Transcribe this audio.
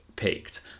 Picked